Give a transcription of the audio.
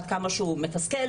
עד כמה שהוא מתסכל,